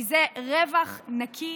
כי זה רווח נקי